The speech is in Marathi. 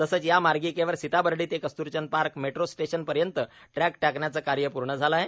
तसेच या मार्गिकेवर सिताबर्डी ते कस्त्रचंद पार्क मेट्रो स्टेशन पर्यंत ट्रॅक टाकण्याचे कार्य पूर्ण झाले आहे